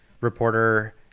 reporter